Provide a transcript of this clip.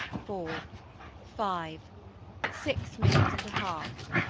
four five six minutes and a half,